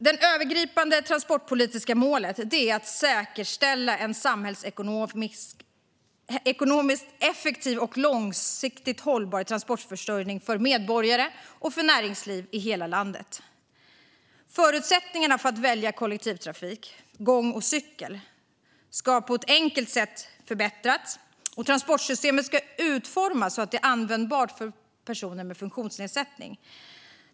Det övergripande transportpolitiska målet är att säkerställa en samhällsekonomiskt effektiv och långsiktigt hållbar transportförsörjning för medborgare och för näringsliv i hela landet. Förutsättningarna för att välja kollektivtrafik, gång och cykel ska på ett enkelt sätt förbättras. Transportsystemet ska utformas så att det är användbart för personer med funktionsnedsättning.